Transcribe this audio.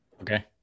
Okay